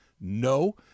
no